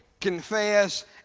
confess